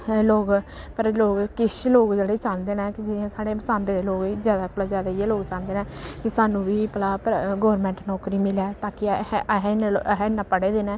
ते लोक पर लोक किश लोक जेह्ड़े चांह्दे न कि जि'यां साढ़े सांबे दे लोग जैदा कोला जैदा इ'यै लोक चांह्दे न कि सानूं बी भला प्रा गौरमैंट नौकरी मिलै ताकि अहें अहें इन्ने अहें इन्ना पढ़े दे न